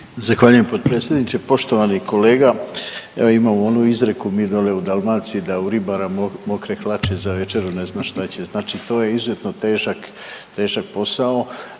Zahvaljujem potpredsjedniče, poštovani kolega. Evo imamo onu izreku mi dole u Dalmaciji da u ribama mokre hlače, za večeru ne zna šta će, znači to je izuzetno težak, težak